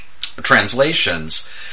translations